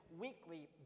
weekly